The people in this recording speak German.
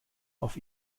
auf